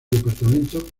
departamento